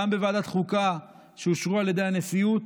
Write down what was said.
גם בוועדת החוקה, שאושרו על ידי הנשיאות.